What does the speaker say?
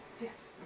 Yes